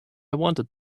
wanted